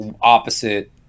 opposite